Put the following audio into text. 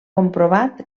comprovat